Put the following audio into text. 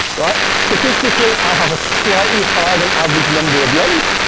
right? statically, i have a slightly higher than average number of legs,